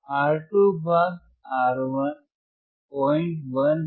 R2 भाग R1 01 है